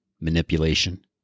manipulation